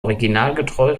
originalgetreu